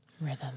Rhythm